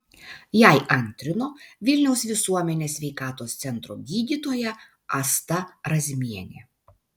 jai antrino vilniaus visuomenės sveikatos centro gydytoja asta razmienė